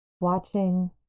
watching